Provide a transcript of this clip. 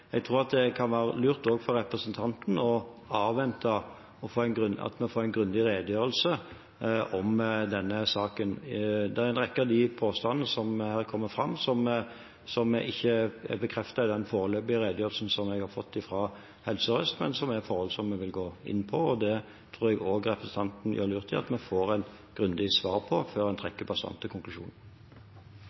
Jeg tror det kan være lurt også for representanten å avvente en grundig redegjørelse om denne saken. Det er en rekke av de påstandene som her kommer fram, som ikke er bekreftet i den foreløpige redegjørelsen jeg har fått fra Helse Sør-Øst, men som er forhold som vi vil gå inn på. Det tror jeg også representanten gjør lurt i å avvente et grundig svar på, før han trekker bastante konklusjoner.